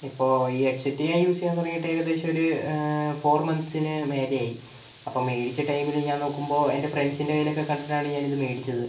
ഇപ്പോൾ ഈ headset ഞാൻ യൂസ് ചെയ്യാൻ തുടങ്ങിട്ട് ഏകദേശം ഒരു ഫോർ മന്ത്സിന് മേലെയായി അപ്പോൾ മേടിച്ച ടൈമിൽ ഞാൻ നോക്കുമ്പോൾ എൻ്റെ ഫ്രണ്ട്സിൻ്റെ കയ്യിലൊക്കെ കണ്ടിട്ടാണ് ഞാനിത് മേടിച്ചത്